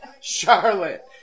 Charlotte